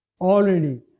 already